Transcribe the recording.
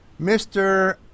Mr